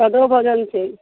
सादो भोजन छै